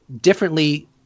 differently